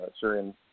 Syrian